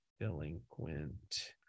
delinquent